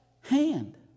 hand